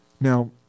Now